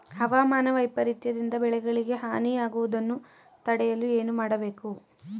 ಹವಾಮಾನ ವೈಪರಿತ್ಯ ದಿಂದ ಬೆಳೆಗಳಿಗೆ ಹಾನಿ ಯಾಗುವುದನ್ನು ತಡೆಯಲು ಏನು ಮಾಡಬೇಕು?